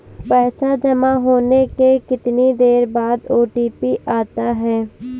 पैसा जमा होने के कितनी देर बाद ओ.टी.पी आता है?